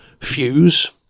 fuse